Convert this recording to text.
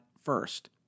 first